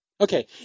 Okay